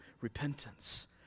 repentance